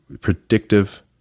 predictive